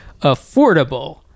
affordable